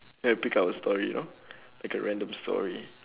ya pick up a story lor like a random story